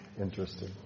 Interesting